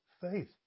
faith